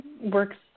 works